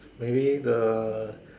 maybe the